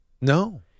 No